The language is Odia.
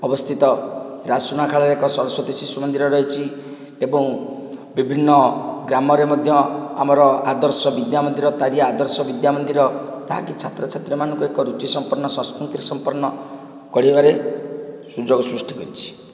ଅବସ୍ଥିତ ରାଜସୁନାଖଳାରେ ଏକ ସାରସ୍ୱତୀ ଶିଶୁମନ୍ଦିର ରହିଛି ଏବଂ ବିଭିନ୍ନ ଗ୍ରାମରେ ମଧ୍ୟ ଆମର ଆଦର୍ଶ ବିଦ୍ୟାମନ୍ଦିର ତାରିଆ ଆଦର୍ଶ ବିଦ୍ୟାମନ୍ଦିର ଯାହାକି ଛାତ୍ରଛାତ୍ରୀ ମାନଙ୍କୁ ଏକ ରୁଚି ସମ୍ପର୍ଣ୍ଣ ସଂସ୍କୃତି ସମ୍ପର୍ଣ୍ଣ କରିବାରେ ସୁଯୋଗ ସୃଷ୍ଟି କରିଛି